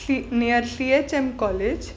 खी near C H M college